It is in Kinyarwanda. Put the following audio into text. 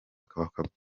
kubabarirwa